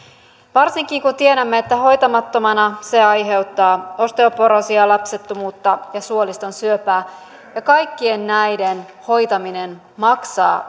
varsinkin kun tiedämme että hoitamattomana se aiheuttaa osteoporoosia lapsettomuutta ja suoliston syöpää ja kaikkien näiden hoitaminen maksaa